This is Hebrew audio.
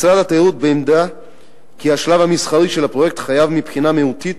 משרד התיירות בעמדה שהשלב המסחרי של הפרויקט חייב מבחינה מהותית